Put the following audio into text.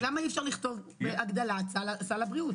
אנחנו מנסחים את זה שהכסף עבר לבתי החולים.